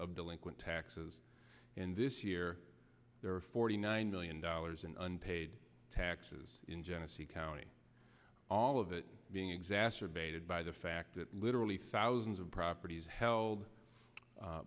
of delinquent taxes and this year there are forty nine million dollars in unpaid taxes in genesee county all of it being exacerbated by the fact that literally thousands of properties held